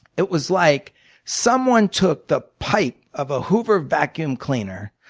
it was like someone took the pipe of a hoover vacuum cleaner,